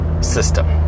system